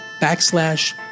backslash